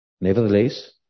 nevertheless